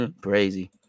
Crazy